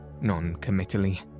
non-committally